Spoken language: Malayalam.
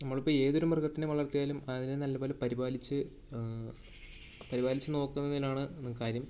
നമ്മളിപ്പോൾ ഏതൊരു മൃഗത്തിനെ വളർത്തിയാലും അതിനെ നല്ലപോലെ പരിപാലിച്ച് പരിപാലിച്ച് നോക്കുന്നതിലാണ് കാര്യം